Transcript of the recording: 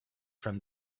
from